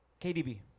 KDB